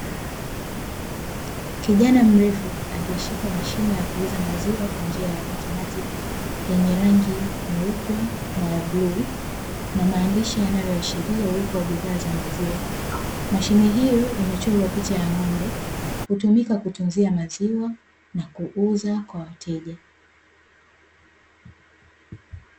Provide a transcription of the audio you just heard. Kijana mrefu aliye shika mashine ya kuuza maziwa kwa njia ya automatiki yenye rangi nyeupe na ya bluu, na maandishi yanayoashiria uwepo wa bidhaa za maziwa. Mashine hiyo imechorwa picha ya ng'ombe hutumika kutunzia maziwa na kuuza kwa wateja.